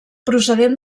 procedent